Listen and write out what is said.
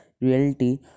reality